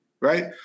right